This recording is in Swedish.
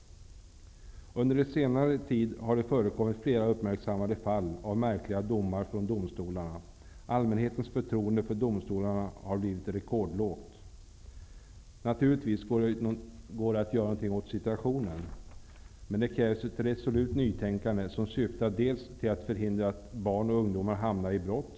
Under senare tid har det förekommit flera uppmärksammade fall av märkliga domar från domstolarna. Allmänhetens förtroende för domstolarna har blivit rekordlågt. Det går naturligtvis att göra något åt situationen. Det krävs ett resolut nytänkande som för det första syftar till att förhindra att barn och ungdomar begår brott.